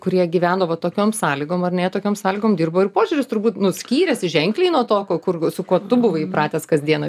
kurie gyveno va tokiom sąlygom ar ne jie tokiom sąlygom dirbo ir požiūris turbūt nu skyrės ženkliai nuo to ko kur su kuo tu buvai įpratęs kasdieną